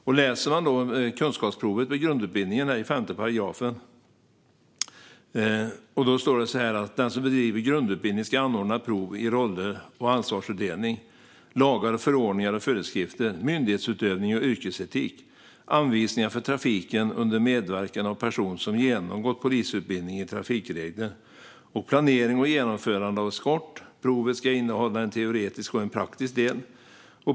Om kunskapsprovet i grundutbildningen står det i bland annat 5 §: "Den som bedriver grundutbildning ska anordna prov i 1. roller och ansvarsfördelning, 2. lagar, förordningar och föreskrifter, 3. myndighetsutövning och yrkesetik, 4. anvisningar för trafiken under medverkan av person som genomgått polisutbildning i trafikregler, och 5. planering och genomförande av eskort. Provet ska innehålla en teoretisk och en praktisk del.